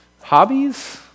hobbies